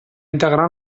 integrar